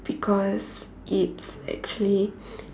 because it's actually